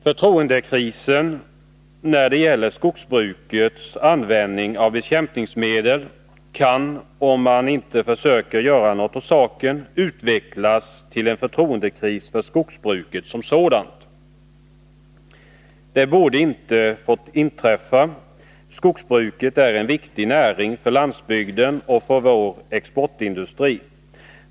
Förtroendekrisen när det gäller skogsbrukets användning av bekämpningsmedel kan — om man inte försöker göra något åt saken — utvecklas till en förtroendekris för skogsbruket som sådant. Det borde inte få inträffa. Skogsbruket är en viktig näring för landsbygden och för vår exportindustri.